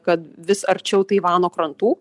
kad vis arčiau taivano krantų